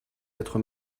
être